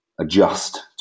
adjust